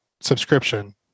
subscription